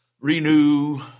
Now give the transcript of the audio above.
renew